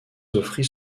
offrit